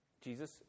Jesus